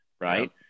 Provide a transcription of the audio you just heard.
right